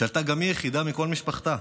שעלתה גם היא יחידה מכל משפחתה.